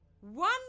one